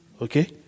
Okay